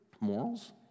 morals